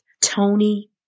Tony